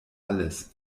alles